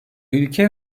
ülke